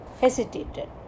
hesitated